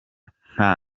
nta